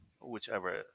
whichever